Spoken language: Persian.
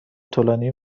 طولانی